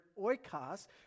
oikos